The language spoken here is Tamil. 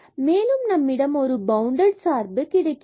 மேலும் நம்மிடம் பவுண்டட் சார்பு கிடைக்கிறது